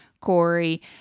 Corey